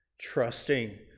trusting